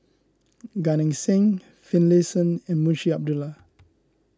Gan Eng Seng Finlayson and Munshi Abdullah